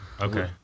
Okay